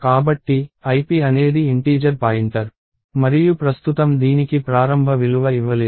కాబట్టి ip అనేది integer pointer మరియు ప్రస్తుతం దీనికి ప్రారంభ విలువ ఇవ్వలేదు